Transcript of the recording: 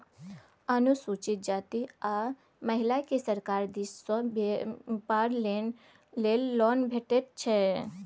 अनुसूचित जाती आ महिलाकेँ सरकार दिस सँ बेपार लेल लोन भेटैत छै